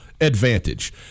Advantage